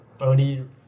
early